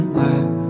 let